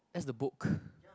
that's a book